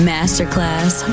Masterclass